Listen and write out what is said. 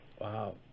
Wow